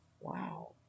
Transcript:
Wow